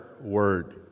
word